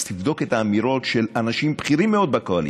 אז תבדוק את האמירות של אנשים בכירים מאוד בקואליציה.